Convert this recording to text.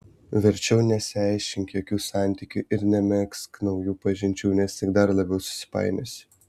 verčiau nesiaiškink jokių santykių ir nemegzk naujų pažinčių nes tik dar labiau susipainiosi